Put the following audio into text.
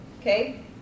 Okay